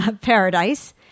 paradise